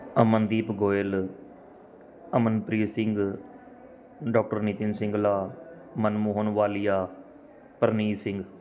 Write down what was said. Amandeep Goyal Amanpreet Singh doctor Nitin Singla Manmohan Walia Parneet Singh